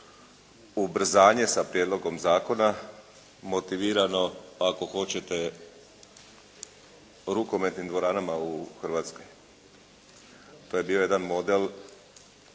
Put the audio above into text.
ubrzanje sa prijedlogom zakona motivirano ako hoćete rukometnim dvoranama u Hrvatskoj. To je bio jedan model.